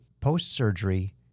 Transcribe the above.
post-surgery